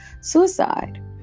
suicide